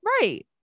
Right